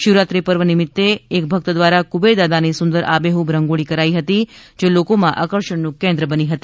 શિવરાત્રી પર્વ નિમિત્તે એક ભક્ત દ્વારા કુબેર દાદાની સુંદર આબેહૂબ રંગોળી કરાઈ હતી જે લોકમાં આકર્ષણનું કેન્દ્ર બની હતી